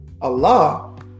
Allah